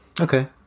okay